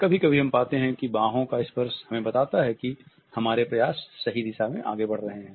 कभी कभी हम पाते हैं कि बाँहों का स्पर्श हमें बताता है कि हमारे प्रयास सही दिशा में आगे बढ़ रहे हैं